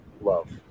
Love